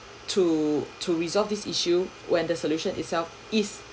to to resolve this issue when the solution itself is